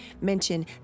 Mention